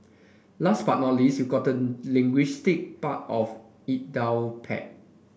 last but not least you gotten linguistic part of it down pat